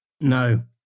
No